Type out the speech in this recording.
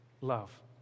love